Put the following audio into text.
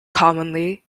commonly